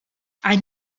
ein